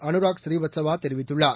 அனுராக் ஸ்ரீவஸ்தவா தெரிவித்துள்ளார்